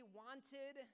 wanted